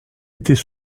était